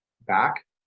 back